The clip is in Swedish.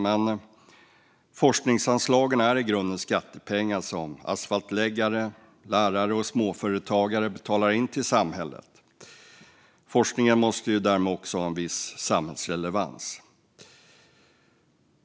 Men forskningsanslagen är i grunden skattepengar som asfaltläggare, lärare och småföretagare betalar in till samhället. Forskningen måste därmed också ha en viss samhällsrelevans.